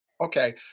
Okay